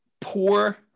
Poor